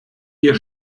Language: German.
ihr